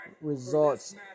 Results